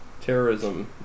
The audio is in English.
Terrorism